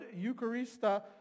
Eucharista